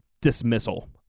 dismissal